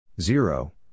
zero